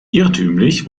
irrtümlich